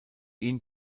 ihn